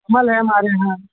مال ہے ہمارے یہاں